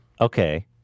Okay